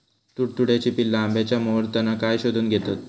तुडतुड्याची पिल्ला आंब्याच्या मोहरातना काय शोशून घेतत?